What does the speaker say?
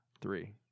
Three